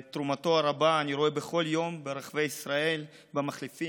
את תרומתו הרבה אני רואה בכל יום ברחבי ישראל במחלפים,